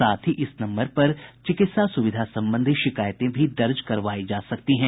साथ ही इस नम्बर पर चिकित्सा सुविधा संबंधी शिकायतें भी दर्ज करवायी जा सकती हैं